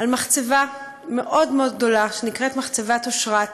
על מחצבה מאוד מאוד גדולה שנקראת מחצבת אשרת